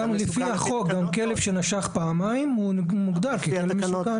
גם לפי החוק כלב שנשך פעמיים הוא מוגדר ככלב מסוכן.